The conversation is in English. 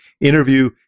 interview